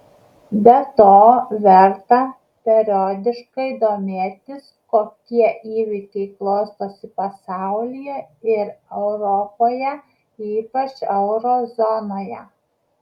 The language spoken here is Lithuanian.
be to verta periodiškai domėtis kokie įvykiai klostosi pasaulyje ir europoje ypač euro zonoje